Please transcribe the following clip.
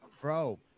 Bro